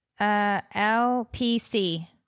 LPC